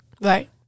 Right